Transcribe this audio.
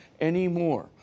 anymore